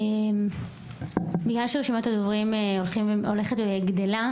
בגלל שרשימת הדוברים הולכת וגדלה,